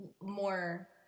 more